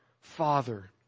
father